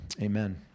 Amen